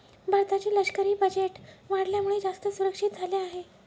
भारताचे लष्करी बजेट वाढल्यामुळे, जास्त सुरक्षित झाले आहे